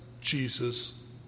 Jesus